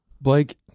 Blake